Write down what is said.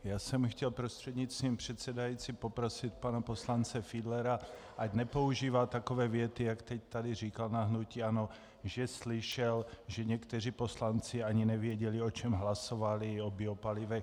Já jsem chtěl prostřednictvím předsedající poprosit pana poslance Fiedlera, ať nepoužívá takové věty, jaké tady říkal na hnutí ANO, že slyšel, že někteří poslanci ani nevěděli, o čem hlasovali o biopalivech.